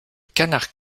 canard